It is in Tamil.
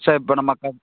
சார் இப்போ நம்ம க